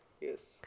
yes